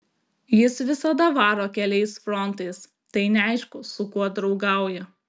jis visada varo keliais frontais tai neaišku su kuo draugauja